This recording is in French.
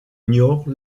niort